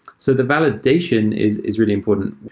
so the validation is is really important.